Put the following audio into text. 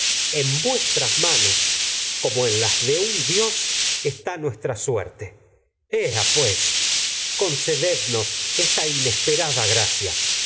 en vuestras ma suerte como las de dios nuestra ea pues eoncedednos esta inesperada gracia